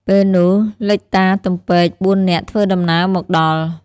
ពេលនោះលេចតា ទំពែក បួននាក់ធ្វើដំណើរមកដល់។